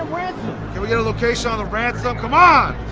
can we get a location on the ransom, come on.